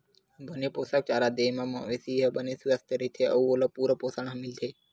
बने पोसक चारा दे म मवेशी ह बने सुवस्थ रहिथे अउ ओला पूरा पोसण ह मिलथे